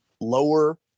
lower